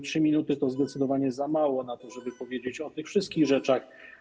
3 minuty to zdecydowanie za mało na to, żeby powiedzieć o tych wszystkich rzeczach.